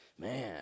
man